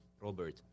Robert